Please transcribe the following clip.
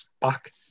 back